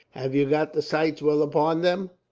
have you got the sights well upon them?